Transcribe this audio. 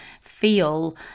feel